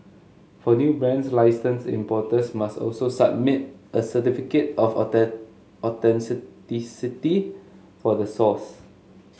for new brands license importers must also submit a certificate of attack for the source